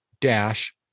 Dash